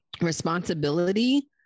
responsibility